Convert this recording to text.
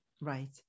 Right